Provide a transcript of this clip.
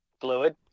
fluid